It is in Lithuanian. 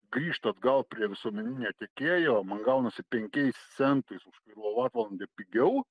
grįžt atgal prie visuomeninio tiekėjo man gaunasi penkiais centais už kilovatvalandę pigiau